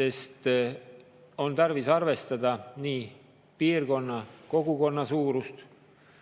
sest on tarvis arvestada nii piirkonna, kogukonna suurust